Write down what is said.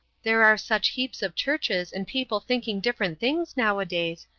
there are such heaps of churches and people thinking different things nowadays,